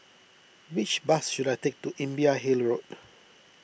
which bus should I take to Imbiah Hill Road